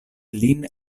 lin